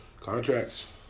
Contracts